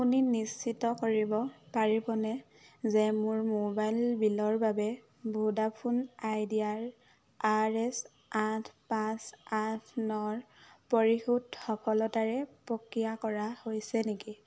আপুনি নিশ্চিত কৰিব পাৰিবনে যে মোৰ মোবাইল বিলৰ বাবে ভোডাফোন আইডিয়াৰ আৰ এছ আঠ পাঁচ আঠ নৰ পৰিশোধ সফলতাৰে প্ৰক্ৰিয়া কৰা হৈছে নেকি